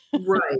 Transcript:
right